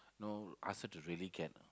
no ask her to really can